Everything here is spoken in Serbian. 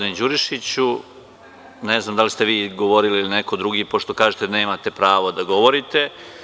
Ne znam da li ste vi govorili ili neko drugi, pošto kažete da nemate prava da govorite.